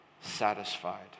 satisfied